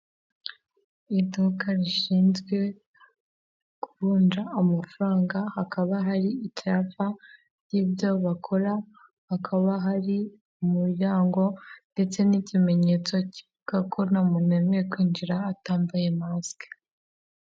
Iduka rishinzwe kuvunja amafaranga hakaba hari ibyapa by'ibyo bakora hakaba hari umuryango ndetse n'ikimenyetso kivuga ko nta muntu wemewe kwinjira atambaye masike.